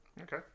Okay